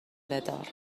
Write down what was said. بدار